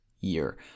year